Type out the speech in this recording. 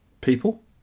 People